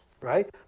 right